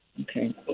Okay